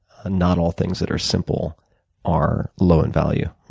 not all things that are simple are low in value.